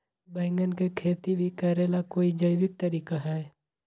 बैंगन के खेती भी करे ला का कोई जैविक तरीका है?